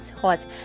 hot